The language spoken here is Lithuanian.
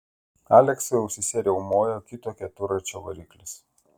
aleksui ausyse riaumojo kito keturračio variklis